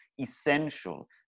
essential